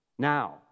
now